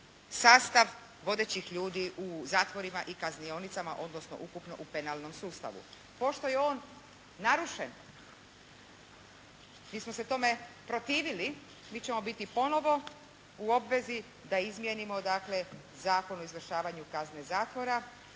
sastav vodećih ljudi u zatvorima i kaznionicama odnosno ukupno u penalnom sustavu. Pošto je on narušen mi smo se tome protivili. Mi ćemo biti ponovo u obvezi da izmijenimo dakle Zakon o izvršavanju kazne zatvora